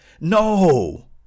No